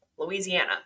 Louisiana